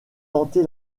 tenter